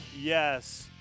Yes